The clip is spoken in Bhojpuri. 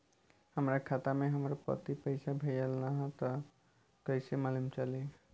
हमरा खाता में हमर पति पइसा भेजल न ह त कइसे मालूम चलि?